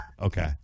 Okay